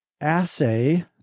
assay